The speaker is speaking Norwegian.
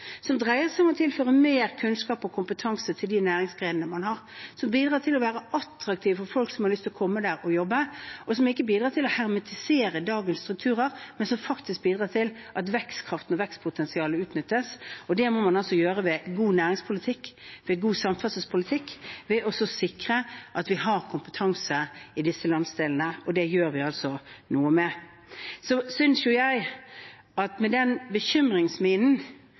som dreier seg om å tilføre mer kunnskap og kompetanse til de næringsgrenene man har, som bidrar til at de er attraktive for folk som har lyst til å komme dit og jobbe, og som ikke bidrar til å hermetisere dagens strukturer, men som faktisk bidrar til at vekstkraften og vekstpotensialet utnyttes. Det må man altså gjøre ved god næringspolitikk, ved god samferdselspolitikk, ved å sikre at vi har kompetanse i disse landsdelene, og det gjør vi noe med. Så synes jo jeg at med den bekymringsminen